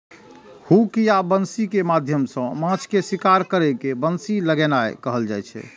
hook या बंसी के माध्यम सं माछ के शिकार करै के बंसी लगेनाय कहल जाइ छै